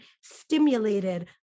stimulated